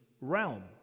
realm